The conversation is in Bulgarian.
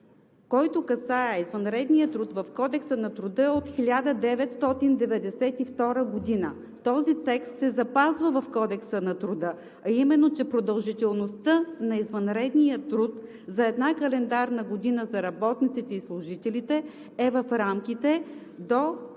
труда, касаещ извънредния труд, е от 1992 г. Този текст се запазва в Кодекса на труда, а именно, че продължителността на извънредния труд за една календарна година за работниците и служителите е в рамките до 150